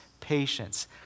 patience